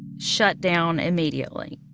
shut down immediately